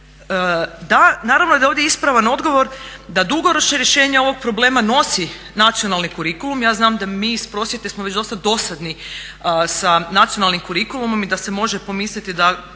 Dakle naravno da je ovdje ispravan odgovor da dugoročno rješenje ovog problema nosi nacionalni kurikulum. Ja znam da mi iz prosvjete smo već dosta dosadni sa nacionalnim kurikulumom i da se može pomisliti da